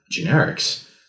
generics